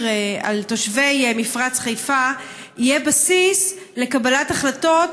על תושבי מפרץ חיפה יהיה בסיס לקבלת החלטות,